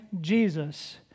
Jesus